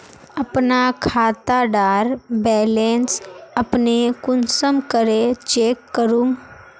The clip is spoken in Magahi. अपना खाता डार बैलेंस अपने कुंसम करे चेक करूम?